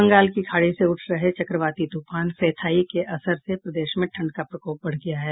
बंगाल की खाड़ी से उठे चक्रवाती तूफान फेथाई के असर से प्रदेश में ठंड का प्रकोप बढ़ गया है